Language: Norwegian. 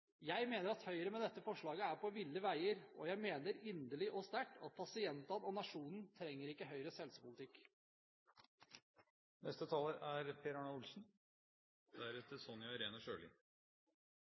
Jeg mener Høyre med dette forslaget er på ville veier, og jeg mener inderlig og sterkt at pasientene og nasjonen ikke trenger Høyres helsepolitikk.